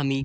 আমি